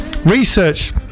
Research